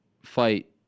fight